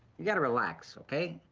you gotta relax, okay?